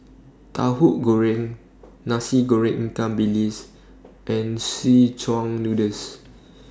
Tahu Goreng Nasi Goreng Ikan Bilis and Szechuan Noodles